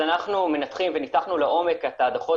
אז אנחנו מנתחים וניתחנו לעומק את הדוחות